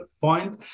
point